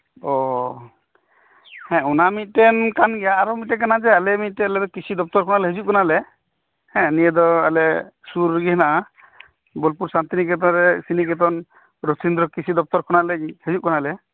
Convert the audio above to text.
ᱳ ᱦᱮᱸ ᱚᱱᱟᱢᱤᱫᱴᱮᱱ ᱠᱟᱱᱜᱮᱭᱟ ᱟᱨᱚ ᱢᱤᱫᱴᱮᱡ ᱠᱟᱱᱟ ᱡᱮ ᱟᱞᱮᱫᱚ ᱠᱤᱥᱤ ᱫᱚᱯᱛᱚᱨ ᱠᱷᱚᱱᱟᱜ ᱞᱮ ᱦᱤᱡᱩᱜ ᱠᱟᱱᱟᱞᱮ ᱦᱮᱸ ᱱᱤᱭᱟᱹᱫᱚ ᱟᱞᱮ ᱥᱩᱨᱨᱮᱜᱤ ᱦᱮᱱᱟᱜ ᱟ ᱵᱚᱞᱯᱩᱨ ᱥᱟᱱᱛᱤᱱᱤᱠᱮᱛᱚᱱ ᱨᱮ ᱥᱨᱤᱱᱤᱠᱮᱛᱚᱱ ᱨᱚᱛᱷᱤᱱᱫᱨᱚ ᱠᱨᱤᱥᱤ ᱫᱚᱯᱛᱚᱨ ᱠᱷᱚᱱᱟᱜ ᱞᱮ ᱦᱤᱡᱩᱜ ᱠᱟᱱᱟᱞᱮ